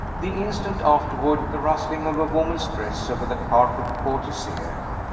the instant afterward the rustling of a woman's dress over the carpet caught his ear.